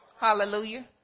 hallelujah